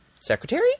secretary